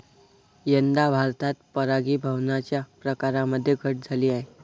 यंदा भारतात परागीभवनाच्या प्रकारांमध्ये घट झाली आहे